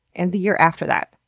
and the year after that.